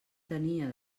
tenia